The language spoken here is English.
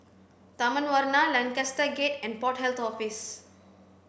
Taman Warna Lancaster Gate and Port Health Office